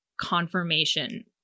confirmation